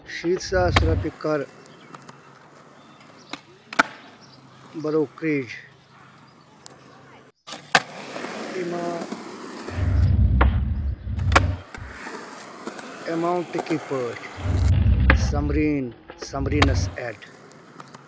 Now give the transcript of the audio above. شیٖتھ ساس رۄپیہِ کَر بروکریج اِما اٮ۪ماونٹٕکہِ پٲٹھۍ سمریٖن سمریٖنس ایڈ